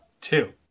Two